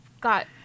got